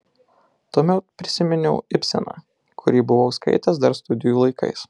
tuomet prisiminiau ibseną kurį buvau skaitęs dar studijų laikais